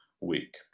week